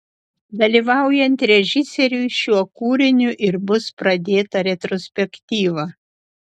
dalyvaujant režisieriui šiuo kūriniu ir bus pradėta retrospektyva